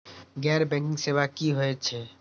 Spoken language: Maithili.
गैर बैंकिंग सेवा की होय छेय?